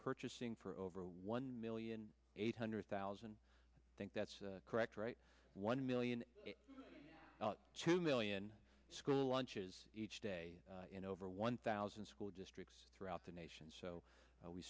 purchasing for over one million eight hundred thousand think that's correct right one million two million school lunches each day and over one thousand school districts throughout the nation so